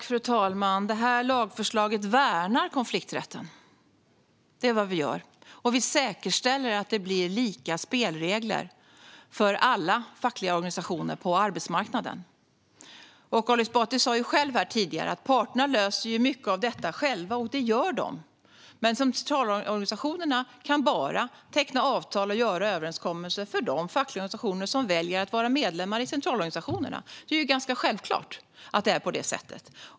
Fru talman! Det här lagförslaget värnar konflikträtten och säkerställer att det blir lika spelregler för alla fackliga organisationer på arbetsmarknaden. Ali Esbati sa själv här tidigare att parterna löser mycket av detta själva, och det gör de. Men centralorganisationerna kan bara teckna avtal och träffa överenskommelser för de fackliga organisationer som väljer att vara medlemmar i centralorganisationerna. Det är ganska självklart att det är på det sättet.